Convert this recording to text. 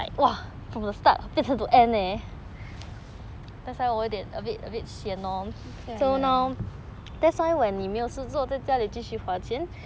ya